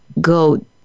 go